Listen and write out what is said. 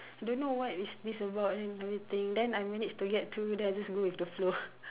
I don't know what is this about then everything then I managed to get through then I just go with the flow